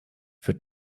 für